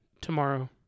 tomorrow